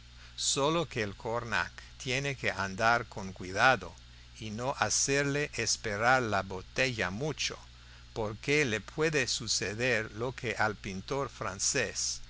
sólo que el cornac tiene que andar con cuidado y no hacerle esperar la botella mucho porque le puede suceder lo que al pintor francés